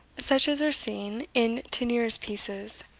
such as are seen in teniers' pieces,